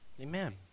Amen